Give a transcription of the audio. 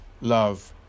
Love